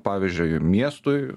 pavyzdžiui miestui